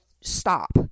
stop